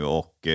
och